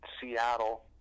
Seattle